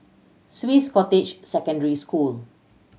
Swiss Cottage Secondary School